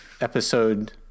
episode